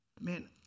man